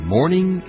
Morning